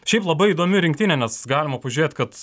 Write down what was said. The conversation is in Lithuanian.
šiaip labai įdomi rinktinė nes galima pažiūrėt kad